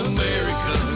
America